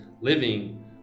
living